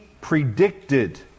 predicted